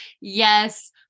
yes